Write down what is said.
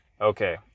Okay